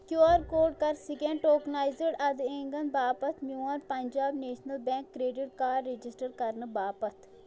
کیو R code کَر scan tokenized ادٲیِنٛگَن باپتھ میون Punjab national bank credit card register کرنہٕ باپتھ